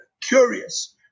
curious